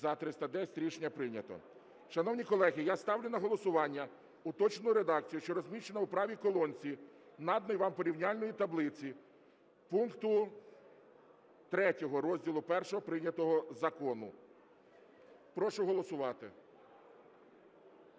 За-310 Рішення прийнято. Шановні колеги, я ставлю на голосування уточнену редакцію, що розміщена у правій колонці наданої вам порівняльної таблиці, пункту 3 розділу І прийнятого закону. Прошу голосувати.